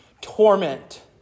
torment